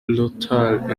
rotary